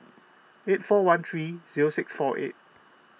eight four one three zero six four eight